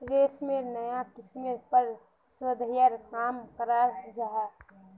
रेशमेर नाया किस्मेर पर शोध्येर काम कराल जा छ